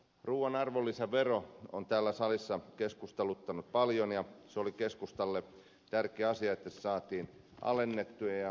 ruuan arvonlisävero on täällä salissa keskusteluttanut paljon ja se oli keskustalle tärkeä asia että se saatiin alennettua